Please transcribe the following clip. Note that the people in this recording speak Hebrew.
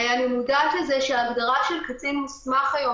אני מודעת לזה שהגדרה של "קצין מוסמך" היום